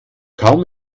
kaum